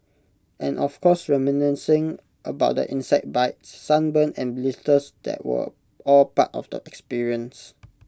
and of course reminiscing about the insect bites sunburn and blisters that were all part of the experience